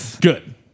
good